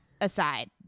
aside